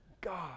God